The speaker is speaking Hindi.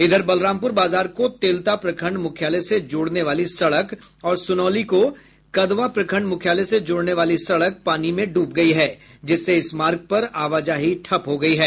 इधर बलरामपुर बाजार को तेलता प्रखंड मुख्यालय से जोड़ने वाली सड़क और सोनैली को कदवा प्रखंड मुख्यालय से जोड़ने वाली सड़क पानी में डूब गयी है जिससे इस मार्ग पर आवाजाही ठप हो गयी है